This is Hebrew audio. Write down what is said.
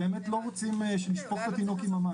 באמת לא רוצים שנשפוך את התינוק עם המים.